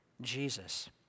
Jesus